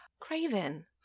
Craven